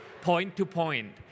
point-to-point